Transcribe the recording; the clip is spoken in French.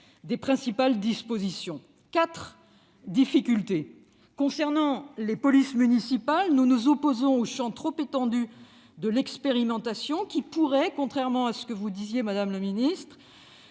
des principales dispositions. Je souhaite évoquer quatre difficultés. Premièrement, concernant les polices municipales, nous nous opposons au champ trop étendu de l'expérimentation, qui pourrait, contrairement à ce que vous indiquiez, madame la ministre,